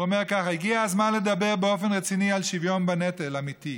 הוא אומר ככה: "הגיע הזמן לדבר באופן רציני על שוויון בנטל" אמיתי.